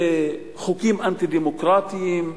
זה חוקים אנטי-דמוקרטיים,